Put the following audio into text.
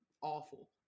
awful